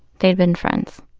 they'd been friends.